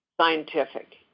scientific